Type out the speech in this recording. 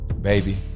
Baby